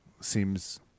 seems